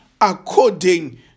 according